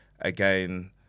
Again